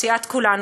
סיעת כולנו,